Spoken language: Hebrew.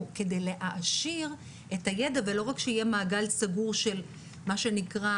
כדי להעשיר את הידע ולא רק שיהיה מעגל סגור של מה שנקרא,